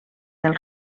del